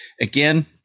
again